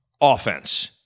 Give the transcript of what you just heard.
offense